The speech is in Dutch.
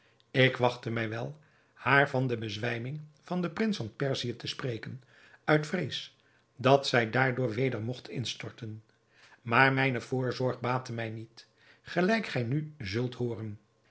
ik wachtte mij wel haar van de bezwijming van den prins van perzië te spreken uit vrees dat zij daardoor weder mogt instorten maar mijne voorzorg baatte mij niet gelijk gij nu zult hooren